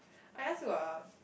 I ask you ah